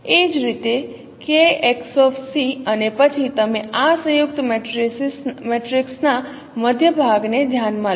એ જ રીતે Kxc અને પછી તમે આ સંયુક્ત મેટ્રિક્સના મધ્ય ભાગને ધ્યાનમાં લો